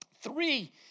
Three